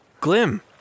Glim